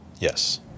Yes